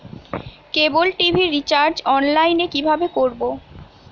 কেবল TV recharge online এ কিভাবে করব?